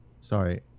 Sorry